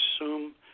assume